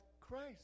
Christ